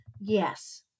yes